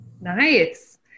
Nice